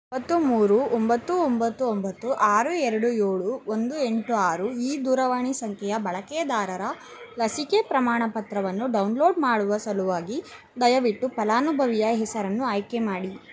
ಒಂಬತ್ತು ಮೂರು ಒಂಬತ್ತು ಒಂಬತ್ತು ಒಂಬತ್ತು ಆರು ಎರಡು ಏಳು ಒಂದು ಎಂಟು ಆರು ಈ ದೂರವಾಣಿ ಸಂಖ್ಯೆಯ ಬಳಕೆದಾರರ ಲಸಿಕೆ ಪ್ರಮಾಣಪತ್ರವನ್ನು ಡೌನ್ಲೋಡ್ ಮಾಡುವ ಸಲುವಾಗಿ ದಯವಿಟ್ಟು ಫಲಾನುಭವಿಯ ಹೆಸರನ್ನು ಆಯ್ಕೆ ಮಾಡಿ